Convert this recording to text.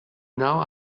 now